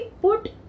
put